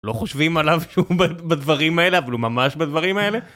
לא חושבים עליו שהוא בדברים האלה, אבל הוא ממש בדברים האלה.